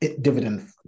dividend